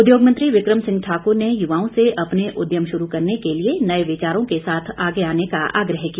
उद्योग मंत्री विक्रम सिंह ठाकुर ने युवाओं से अपने उद्यम शुरू करने के लिए नए विचारों के साथ आगे आने का आग्रह किया